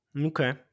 Okay